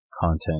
content